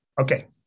Okay